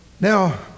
Now